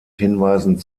hinweisen